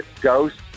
ghost